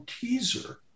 teaser